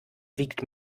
wiegt